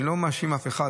אני לא מאשים אף אחד,